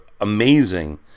amazing